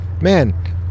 man